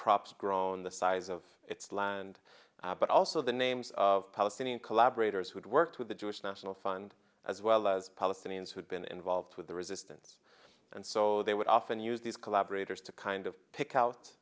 crops grown the size of its land but also the names of palestinian collaborators who'd worked with the jewish national fund as well as palestinians who'd been involved with the resistance and so they would often use these collaborators to kind of pick out